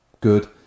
good